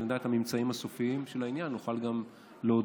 נדע את הממצאים הסופיים של העניין ונוכל גם להודיע.